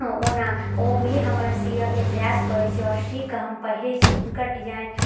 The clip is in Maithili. ओना ओ भी हम सिअ के प्रयास करैत छी आओर शी कऽ हम पहिरैत छी हुनकर डिजाइन